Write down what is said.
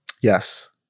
Yes